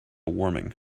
warming